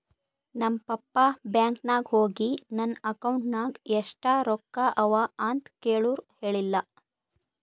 ನಮ್ ಪಪ್ಪಾ ಬ್ಯಾಂಕ್ ನಾಗ್ ಹೋಗಿ ನನ್ ಅಕೌಂಟ್ ನಾಗ್ ಎಷ್ಟ ರೊಕ್ಕಾ ಅವಾ ಅಂತ್ ಕೇಳುರ್ ಹೇಳಿಲ್ಲ